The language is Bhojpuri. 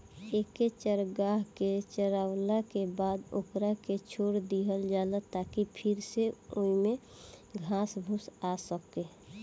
एके चारागाह के चारावला के बाद ओकरा के छोड़ दीहल जाला ताकि फिर से ओइमे घास फूस आ सको